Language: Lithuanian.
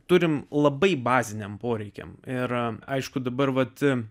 turime labai baziniam poreikiams yra aišku dabar vat